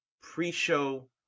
pre-show